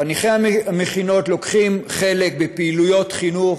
חניכי המכינות לוקחים חלק בפעילויות חינוך,